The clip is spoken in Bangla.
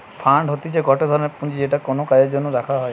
ফান্ড হতিছে গটে ধরনের পুঁজি যেটা কোনো কাজের জন্য রাখা হই